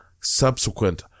subsequent